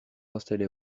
installés